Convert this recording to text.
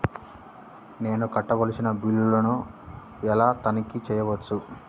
నేను కట్టవలసిన బిల్లులను ఎలా తనిఖీ చెయ్యవచ్చు?